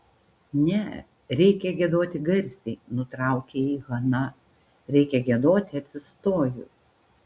ne reikia giedoti garsiai nutraukė jį hana reikia giedoti atsistojus